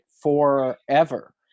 forever